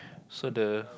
so the